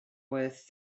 worth